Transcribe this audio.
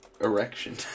Erection